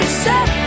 set